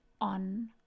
on